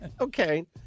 okay